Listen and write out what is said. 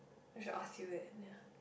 I should ask you that ya